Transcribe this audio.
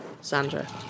Sandra